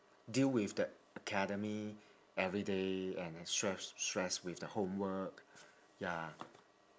deal with that academic everyday and extra stress with the homework ya